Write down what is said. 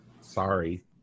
sorry